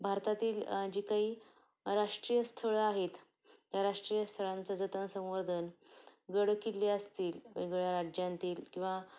भारतातील जी काही राष्ट्रीय स्थळं आहेत त्या राष्ट्रीय स्थळांचं जतन संवर्धन गडकिल्ले असतील वेगवेगळ्या राज्यांतील किंवा